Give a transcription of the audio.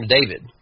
David